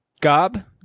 Gob